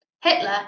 Hitler